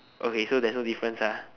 okay so there's no difference ah